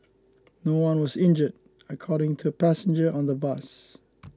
no one was injured according to a passenger on the bus